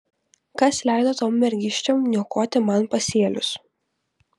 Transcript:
kas leido tom mergiščiom niokoti man pasėlius